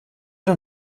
den